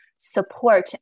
support